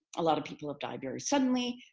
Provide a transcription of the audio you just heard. a lot of people have died very suddenly.